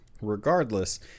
Regardless